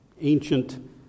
ancient